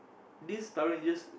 this Power-Rangers